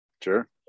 sure